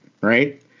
right